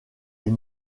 est